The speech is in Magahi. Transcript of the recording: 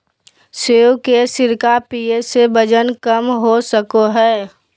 सेब के सिरका पीये से वजन कम हो सको हय